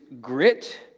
grit